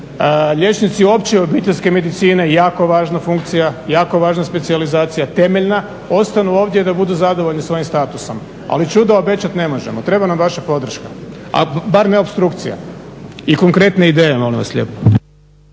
liječnici opće obiteljske medicine jako važna funkcija, jako važna specijalizacija temeljna ostanu ovdje da budu zadovoljni s ovim statusom ali čudo obećat ne možemo. Treba nam vaša podrška a bar ne opstrukcija i konkretne ideje molim vas lijepo.